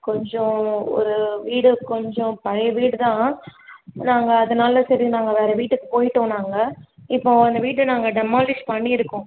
கொஞ்சம் ஒரு வீடு கொஞ்சம் பழைய வீடு தான் நாங்கள் அதனால் சரி நாங்கள் வேறு வீட்டுக்கு போய்விட்டோம் நாங்கள் இப்போது அந்த வீட்டை நாங்கள் டெமாலிஷ் பண்ணியிருக்கோம்